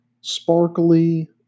sparkly